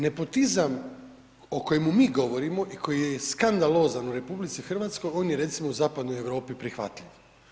Nepotizam o kojemu mi govorimo i koji je skandalozan u RH on je recimo Zapadnoj Europi prihvatljiv.